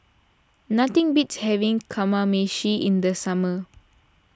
nothing beats having Kamameshi in the summer